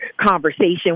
conversation